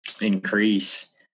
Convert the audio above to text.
increase